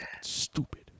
Stupid